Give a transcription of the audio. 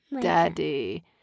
daddy